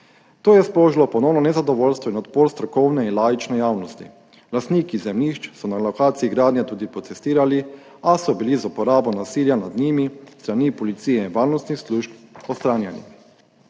To je sprožilo ponovno nezadovoljstvo in odpor strokovne in laične javnosti. Lastniki zemljišč so na lokaciji gradnje tudi protestirali, a so bili odstranjeni z uporabo nasilja nad njimi s strani policije in varnostnih služb. Zanimivo